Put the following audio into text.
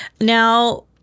Now